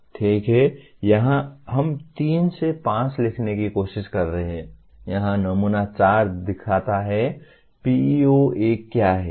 ठीक है यहाँ हम तीन से पाँच लिखने की कोशिश कर रहे हैं यहाँ नमूना चार दिखाता है और PEO 1 क्या है